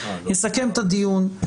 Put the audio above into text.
יסכם את הדיון,